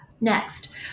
next